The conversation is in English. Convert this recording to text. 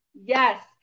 Yes